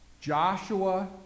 Joshua